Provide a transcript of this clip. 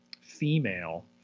female